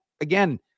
again